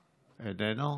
איננו.